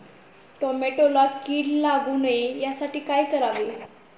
टोमॅटोला कीड लागू नये यासाठी काय करावे?